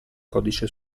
codice